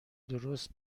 درست